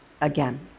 again